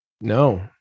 no